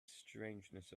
strangeness